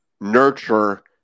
nurture